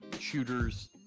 shooters